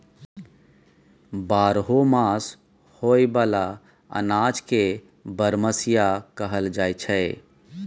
बारहो मास होए बला अनाज के बरमसिया कहल जाई छै